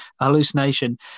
hallucination